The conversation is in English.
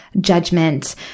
judgment